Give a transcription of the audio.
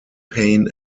pain